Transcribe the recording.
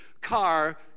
car